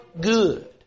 good